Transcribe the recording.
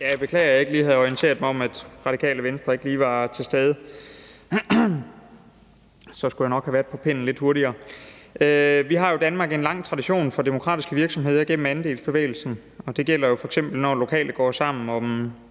Jeg beklager, at jeg ikke havde orienteret mig om, at Radikale Venstre ikke lige var til stede, for så skulle jeg nok have været på pinden lidt hurtigere. Vi har jo i Danmark en lang tradition for demokratiske virksomheder gennem andelsbevægelsen, og det gælder f.eks., når lokale går sammen om